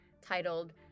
titled